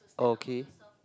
okay